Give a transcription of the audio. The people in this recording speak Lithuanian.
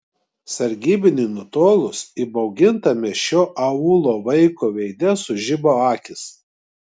sargybiniui nutolus įbaugintame šio aūlo vaiko veide sužiba akys